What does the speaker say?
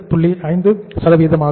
5 ஆக இருக்கும்